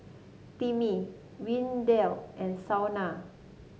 Timmy Windell and Shaunna